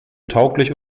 tauglich